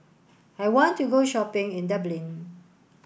I want to go shopping in Dublin